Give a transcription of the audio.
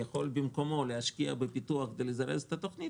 יכולה במקומו להשקיע בפיתוח כדי לזרז את התוכנית